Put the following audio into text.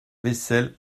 vaisselle